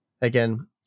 again